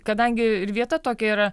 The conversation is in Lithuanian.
kadangi ir vieta tokia yra